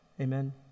Amen